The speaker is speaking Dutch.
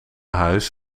huis